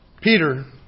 Peter